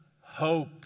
hope